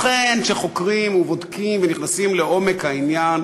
לכן, כשחוקרים ובודקים ונכנסים לעומק העניין,